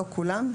לא כולם,